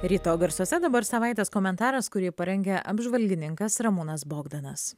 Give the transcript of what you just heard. ryto garsuose dabar savaitės komentaras kurį parengė apžvalgininkas ramūnas bogdanas